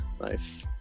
Nice